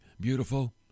beautiful